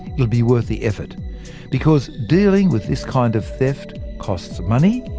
it'll be worth the effort. because dealing with this kind of theft costs money,